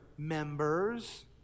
Members